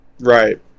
Right